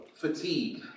Fatigue